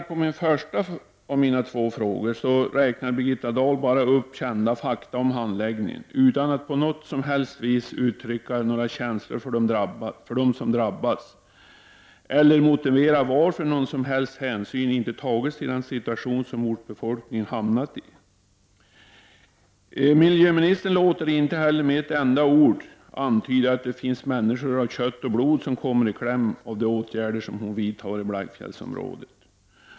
På den första av mina två frågor svarar Birgitta Dahl genom att bara räkna upp kända fakta om handläggningen utan att på något som helst vis uttrycka några känslor för dem som har drabbats eller motivera varför någon hänsyn över huvud taget inte har tagits till den situation som ortsbefolkningen har hamnat i. Miljöministern låter inte med ett enda ord antyda att det finns människor av kött och blod som kommer i kläm till följd av de åtgärder som hon vidtar i Blaikfjällsområdet.